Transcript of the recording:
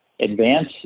Advance